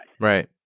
Right